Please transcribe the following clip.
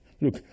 look